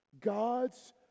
God's